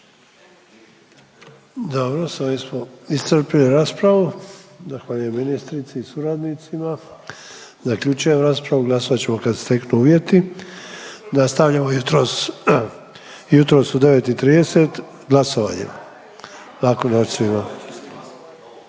Dobro. Sa ovim smo iscrpili raspravu. Zahvaljujem ministrici i suradnicima. Zaključujem raspravu. Glasovat ćemo kad se steknu uvjeti. Nastavljamo jutros u 9,30 glasovanjem. Laku noć svima!